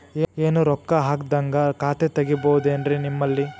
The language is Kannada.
ಏನು ರೊಕ್ಕ ಹಾಕದ್ಹಂಗ ಖಾತೆ ತೆಗೇಬಹುದೇನ್ರಿ ನಿಮ್ಮಲ್ಲಿ?